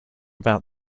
about